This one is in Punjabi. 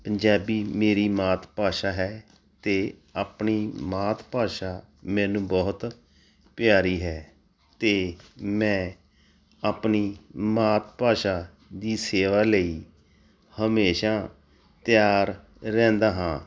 ਪੰਜਾਬੀ ਮੇਰੀ ਮਾਤ ਭਾਸ਼ਾ ਹੈ ਅਤੇ ਆਪਣੀ ਮਾਤ ਭਾਸ਼ਾ ਮੈਨੂੰ ਬਹੁਤ ਪਿਆਰੀ ਹੈ ਅਤੇ ਮੈਂ ਆਪਣੀ ਮਾਤ ਭਾਸ਼ਾ ਦੀ ਸੇਵਾ ਲਈ ਹਮੇਸ਼ਾ ਤਿਆਰ ਰਹਿੰਦਾ ਹਾਂ